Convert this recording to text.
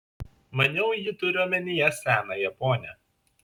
maniau ji turi omenyje senąją ponią